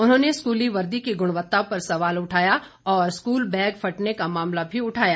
उन्होंने स्कूली वर्दी की गुणवत्ता पर सवाल उठाया और स्कूल बैग फटने का मामला भी उठाया